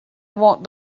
want